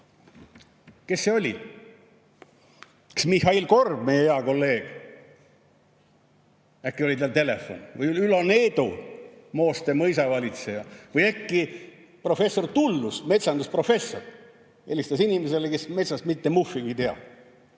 Kes see oli? Kas Mihhail Korb, meie hea kolleeg? Äkki oli tal telefon. Või Ülo Needo, Mooste mõisavalitseja? Või äkki professor Tullus, metsandusprofessor, helistas inimesele, kes metsast mitte muhvigi ei